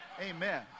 Amen